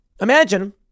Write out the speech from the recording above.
imagine